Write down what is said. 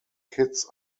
kids